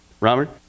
Robert